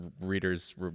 readers